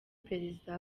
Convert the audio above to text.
perezida